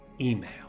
email